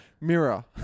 Mirror